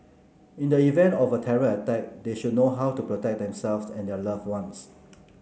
in the event of a terror attack they should know how to protect themselves and their love ones